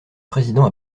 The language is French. président